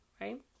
right